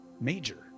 major